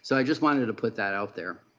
so i just wanted to put that out there.